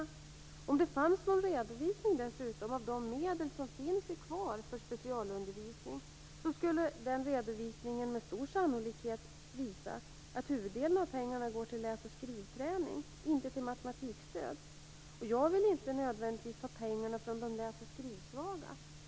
Om det dessutom fanns någon redovisning av de medel som finns kvar för specialundervisning, skulle den med stor sannolikhet visa att huvuddelen av pengarna går till läs och skrivträning, inte till matematikstöd. Jag vill inte nödvändigtvis att pengarna skall tas från de läs och skrivsvaga.